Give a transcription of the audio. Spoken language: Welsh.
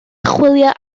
chwilio